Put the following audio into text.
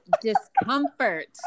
discomfort